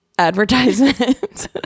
advertisement